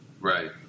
Right